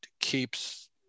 keeps